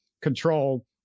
control